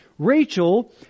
Rachel